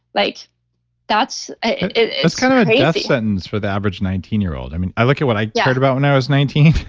like that's and kind of of a death sentence for the average nineteen year old. i mean, i look at what i yeah but about when i was nineteen